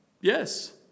yes